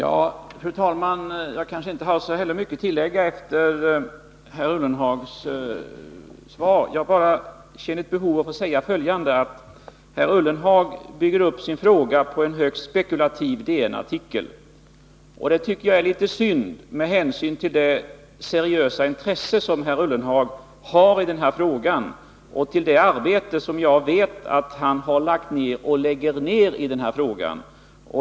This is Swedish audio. Fru talman! Jag kanske inte har så mycket att tillägga efter herr Ullenhags anförande. Jag känner bara för att säga följande. Herr Ullenhag bygger upp sin fråga på en högst spekulativ DN-artikel. Det tycker jag är litet synd, med hänsyn till det seriösa intresse som herr Ullenhag har i den här frågan och till det arbete som jag vet att han har lagt ned och lägger ned i den här frågan.